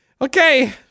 Okay